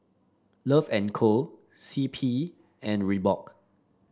Love and Co C P and Reebok